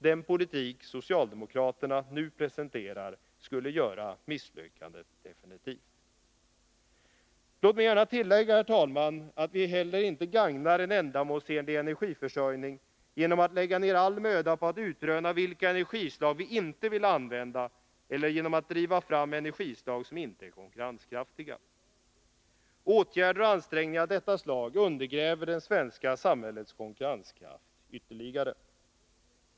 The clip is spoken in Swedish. Den politik socialdemokraterna nu presenterar skulle göra misslyckandet definitivt. Låt mig gärna tillägga, herr talman, att vi heller inte gagnar en ändamålsenlig energiförsörjning genom att lägga ner all möda på att utröna vilka energislag vi inte vill använda eller genom att driva fram energislag som inte är konkurrenskraftiga. Åtgärder och ansträngningar av detta slag undergräver det svenska samhällets konkurrenskraft ytterligare.